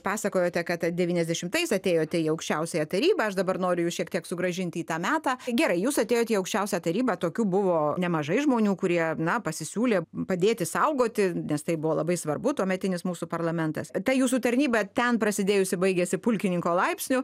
pasakojote kad devyniasdešimtais atėjote į aukščiausiąją tarybą aš dabar noriu jus šiek tiek sugrąžinti į tą metą gerai jūs atėjot į aukščiausią tarybą tokių buvo nemažai žmonių kurie na pasisiūlė padėti saugoti nes tai buvo labai svarbu tuometinis mūsų parlamentas ta jūsų tarnyba ten prasidėjusi baigėsi pulkininko laipsniu